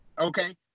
Okay